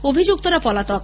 অভিযুক্তরা পলাতক